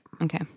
Okay